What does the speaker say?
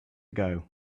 ago